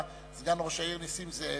בירושלים, סגן ראש העיר היה נסים זאב.